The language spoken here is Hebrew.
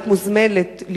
להיות מוזמנת,